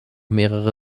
mehrere